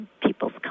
people's